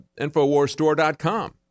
Infowarsstore.com